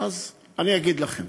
אז אני אגיד לכם.